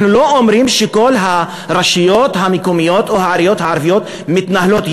אנחנו לא אומרים שכל הרשויות המקומיות או העיריות הערביות מתנהלות,